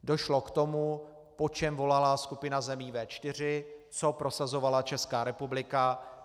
Došlo k tomu, po čem volala skupina zemí V4, co prosazovala Česká republika.